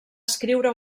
escriure